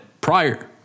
prior